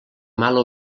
mala